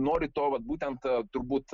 nori to vat būtent turbūt